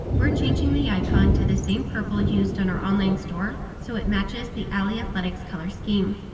we're changing the icon to the same purple used on our online store, so it matches the alyathletics' color scheme.